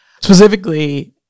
specifically